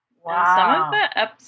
Wow